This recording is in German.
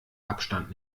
abstand